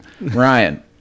Ryan